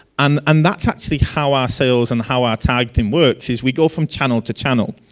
and and that's actually how are sales and how are targeting works. we go from channel to channel,